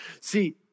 See